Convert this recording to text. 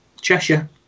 Cheshire